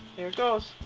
there it goes.